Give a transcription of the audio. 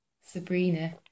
Sabrina